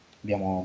abbiamo